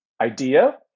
idea